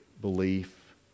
belief